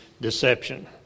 deception